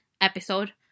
episode